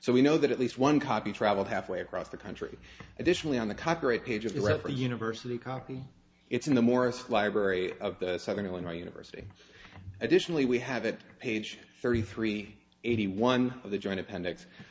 so we know that at least one copy traveled halfway across the country additionally on the copyright page of the ever university copy it's in the morris library of southern illinois university additionally we have it page thirty three eighty one of the joint appendix